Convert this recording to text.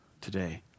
Today